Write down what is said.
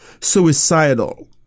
suicidal